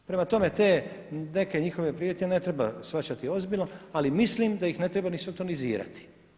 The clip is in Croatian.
Prema tome, te neke njihove prijetnje ne treba shvaćati ozbiljno ali mislim da ih ne treba ni sotonizirati.